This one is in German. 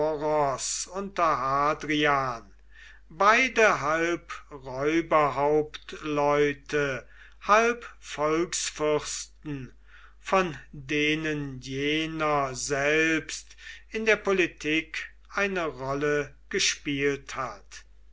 unter hadrian beide halb räuberhauptleute halb volksfürsten von denen jener selbst in der politik eine rolle gespielt hat